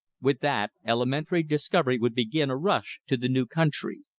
with that elementary discovery would begin a rush to the new country.